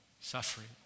suffering